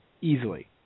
Easily